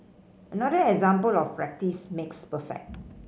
another example of practice makes perfect